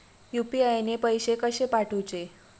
UPI ने पैशे कशे पाठवूचे?